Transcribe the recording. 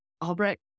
Albrecht